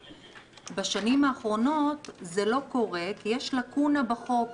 בשנים האחרונות זה לא קורה כי יש לקונה בחוק.